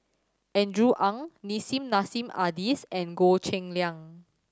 Andrew Ang Nissim Nassim Adis and Goh Cheng Liang